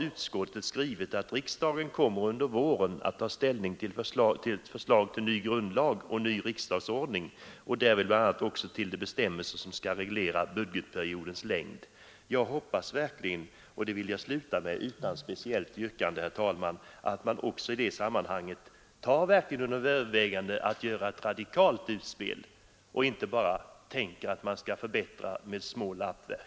Utskottet har skrivit: ”Riksdagen kommer under våren att ta ställning till förslag till ny grundlag och ny riksdagsordning och därvid bl.a. också till de bestämmelser som skall reglera budgetperiodens längd.” Jag hoppas verkligen — och det vill jag, herr talman, sluta med utan speciellt yrkande — att man också i det sammanhanget tar under övervägande att göra ett radikalt utspel och inte bara tänka sig att kunna förbättra med lappverk.